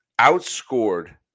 outscored